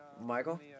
Michael